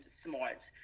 s'mores